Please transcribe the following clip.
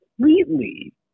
completely